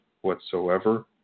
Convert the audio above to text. whatsoever